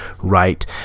right